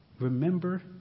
Remember